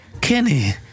Kenny